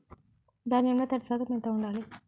ధాన్యంలో తడి శాతం ఎంత ఉండాలి?